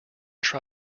try